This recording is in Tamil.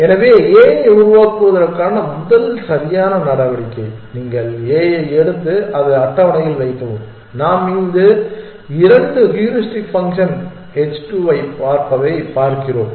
எனவே A ஐ உருவாக்குவதற்கான முதல் சரியான நடவடிக்கை நீங்கள் A ஐ எடுத்து அதை அட்டவணையில் வைக்கவும் நாம் இந்த இரண்டாவது ஹியூரிஸ்டிக் ஃபங்க்ஷன் H2 ஐப் பார்த்ததை பார்க்கிறோம்